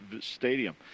stadium